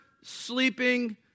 sleeping